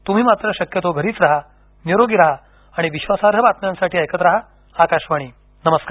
तुम्ही मात्र शक्यतो घरीच रहानिरोगी रहा आणि विश्वासार्ह बातम्यांसाठी ऐकत रहा आकाशवाणी नमस्कार